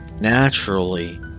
Naturally